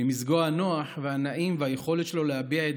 ממזגו הנוח והנעים והיכולת שלו להביע את